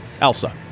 Elsa